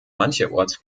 mancherorts